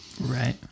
Right